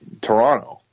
Toronto